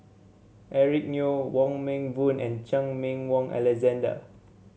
Eric Neo Wong Meng Voon and Chan Meng Wah Alexander